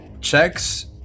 Checks